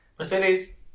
Mercedes